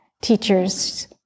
teachers